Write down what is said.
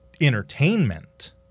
Entertainment